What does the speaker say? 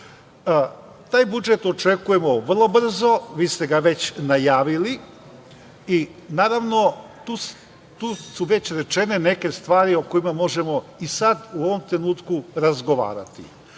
Taj budžet očekujemo vrlo brzo. Vi ste ga već najavili i, naravno, tu su već rečene neke stvari o kojima možemo i sad u ovom trenutku razgovarati.